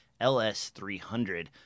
LS300